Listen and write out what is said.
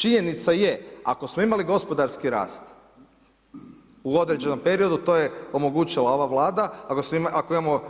Činjenica je, ako smo imali gospodarski rast u određenom periodu, to je omogućila ova vlada, ako imamo